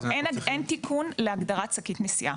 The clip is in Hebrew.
אין תיקון להגדרת שקית נשיאה.